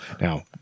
now